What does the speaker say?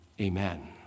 amen